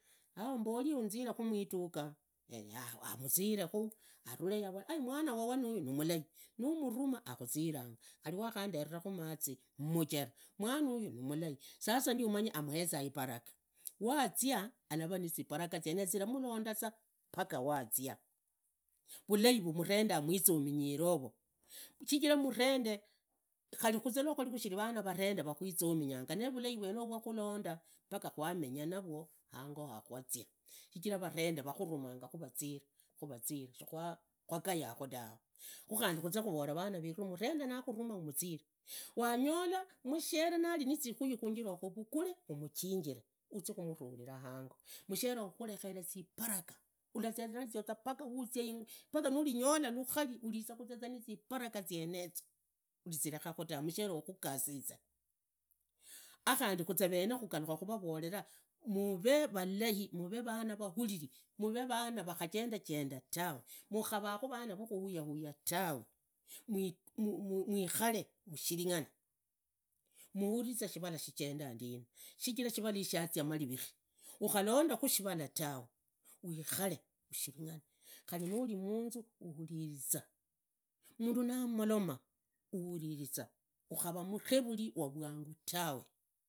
Mbori unzirekhu murituhna yeyavao akhuziirehnu ne haruleyaho ni muvola mawana wowe ni nimulai numuruma akhuziranga khariwahhandera khumazi mumujeru mwanoyu nimulai sasa ndiono amuhezanga ibaraha lwazia alavaa nizibaraka zilamulonda za paka wazia vulai vusa murende hamwizominyire yoro shichira murende khari khunge khashiri vana varende vakwisominyanga ne vulai vwene vwakhulonda paka kwamenya navo hango hawakwazia shichira varende vakhurumanga khu razii schikwagagukhu tawe khu khuze khuvulanga vana veru murende nakhurumi umuziree nanyola mushere navi nizikwi khunjira yogo uvugure umujinjire uzi khumurungira hango mushere oyo akhurekhere zibaraka urazia urazia paka ulinyola rukhari urizazaa nizibaraka zienezo urizirekhakhu ta mushere oyo hakhugasise akhandi kuzee khandi khugalukha khuravoora muvee valai muvee vana vahalili mavee vana vahha jendajenda tawe mukhavaakhu vana vakhuwuyawuya tawe mwikhare mushiring'ane muhunze shivala shijenda ndina shichira shivala gishi shazia maririti ukhalondakhu shivala tawe uwikhale ushiring'ane khari nurimunzu uhuririza mundu namoloma uhuririza ukhara murevuli wavwangu tawe.